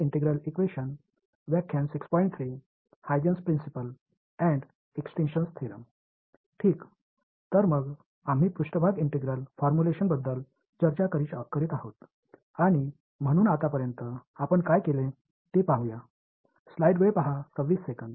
Huygens' principle the extinction theorem Huygen's principle the Extinction theorem இதுவரை மேற்பரப்பு ஒருங்கிணைந்த உருவாக்கம் பற்றி நாம் செய்த விவாதித்ததை மறுபரிசீலனை செய்வோம்